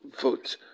vote